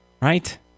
right